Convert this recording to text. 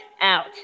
out